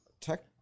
Tech